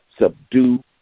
subdue